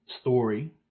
story